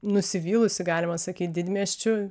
nusivylusi galima sakyt didmiesčiu